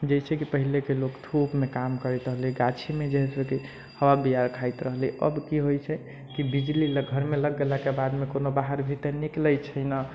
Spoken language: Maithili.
जे छै पहिनेके लोक थौकमे काम करैत रहलय गाछीमे जे खेत रहलै अब की होइ छै कि बिजली घरमे लागि गेलाके बादमे कोनो बाहर भीतर निकलै छी ना